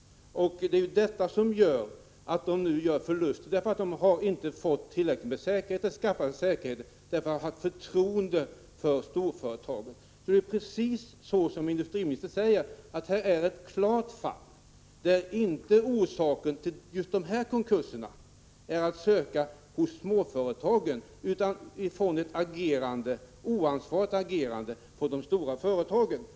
Det är detta som lett till att småföretagen nu gör förluster. De har inte skaffat sig tillräckligt med säkerheter därför att de har haft förtroende för storföretagen. Det är alltså precis så som industriministern antyder. Vi har här ett klart fall, där orsaken till konkurserna inte är att söka hos småföretagen utan i ett oansvarigt agerande från de stora företagens sida.